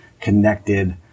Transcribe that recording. connected